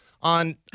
on